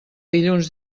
dilluns